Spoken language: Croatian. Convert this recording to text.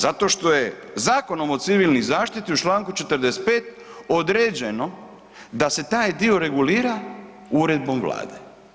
Zato što je Zakonom o civilnoj zaštiti u čl. 45. određeno da se taj dio regulira uredbom Vlade.